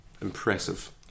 impressive